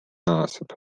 naaseb